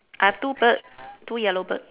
uh two birds two yellow bird